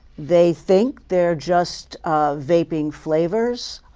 they think they're just um vaping flavors,